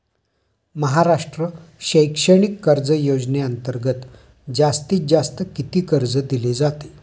महाराष्ट्र शैक्षणिक कर्ज योजनेअंतर्गत जास्तीत जास्त किती कर्ज दिले जाते?